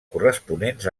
corresponents